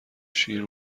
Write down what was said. شیر